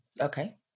Okay